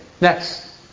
next